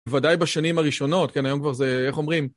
בוודאי בשנים הראשונות, כן, היום כבר זה, איך אומרים?